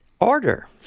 Order